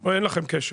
או אין לכם קשר?